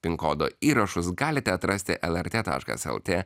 pin kodo įrašus galite atrasti lrt taškas lt